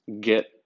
get